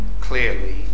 clearly